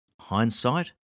Hindsight